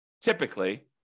typically